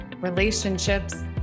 relationships